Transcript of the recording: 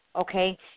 okay